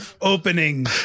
opening